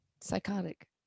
psychotic